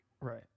Right